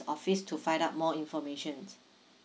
office to find out more information